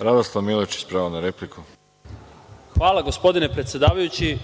**Radoslav Milojičić** Hvala, gospodine predsedavajući.